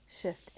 shift